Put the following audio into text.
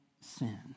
sin